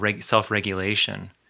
self-regulation